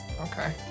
Okay